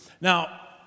Now